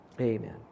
Amen